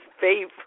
favorite